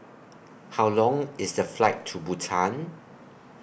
How Long IS The Flight to Bhutan